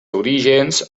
orígens